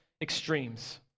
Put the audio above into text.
extremes